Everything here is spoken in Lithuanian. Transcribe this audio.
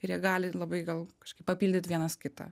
ir jie gali labai gal kažkaip papildyt vienas kitą